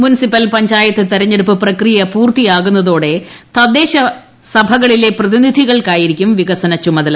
municipal panchayat തെരഞ്ഞെടുപ്പ് പ്രക്രിയ പൂർത്തിയാവുന്നതോടെ തദ്ദേശസഭകളിലെ പ്രതിനിധികൾക്കായിരിക്കും വികസന ചുമതല